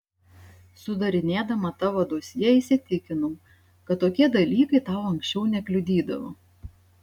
sudarinėdama tavo dosjė įsitikinau kad tokie dalykai tau anksčiau nekliudydavo